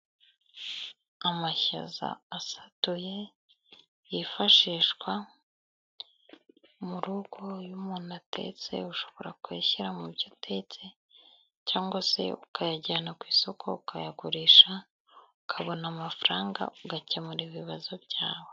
Amashaza asatuye yifashishwa mu rugo, iyo umuntu atetse ushobora kuyashyira mu byo utetse cyangwa se ukayajyana ku isoko, ukayagurisha ukabona amafaranga, ugakemura ibibazo byawe.